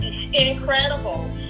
incredible